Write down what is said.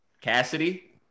Cassidy